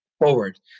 forward